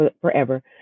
forever